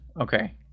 Okay